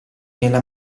nella